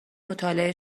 مطالعه